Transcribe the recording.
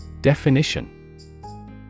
Definition